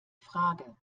frage